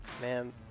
man